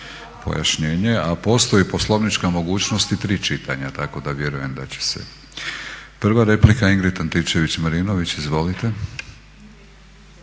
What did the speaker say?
pojašnjenje. A postoji poslovnička mogućnost i tri čitanja tako da vjerujem da će se. Prva replika Ingrid Antičević-Marinović, izvolite.